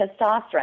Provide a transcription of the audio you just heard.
testosterone